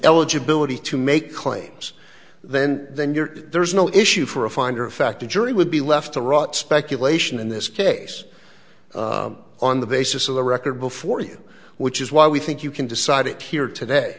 eligibility to make claims then then you're there's no issue for a finder of fact a jury would be left to rot speculation in this case on the basis of the record before you which is why we think you can decide it here today